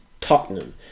Tottenham